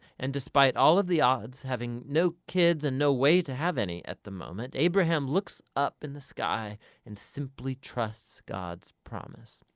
and despite all of the odds having no kids and no way to have any at the moment, abraham looks up in the sky and simply trusts god's promise.